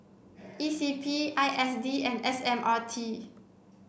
E C P I S D and S M R T